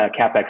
capex